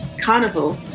Carnival